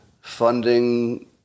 funding